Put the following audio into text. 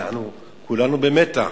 כולנו במתח.